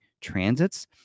transits